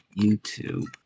YouTube